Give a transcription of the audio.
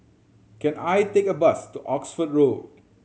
can I take a bus to Oxford Road